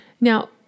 Now